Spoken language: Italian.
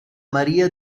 maria